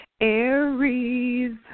Aries